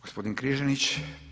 Gospodin Križanić.